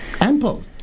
ample